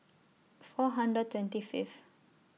four hundred twenty Fifth